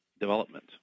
development